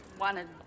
wanted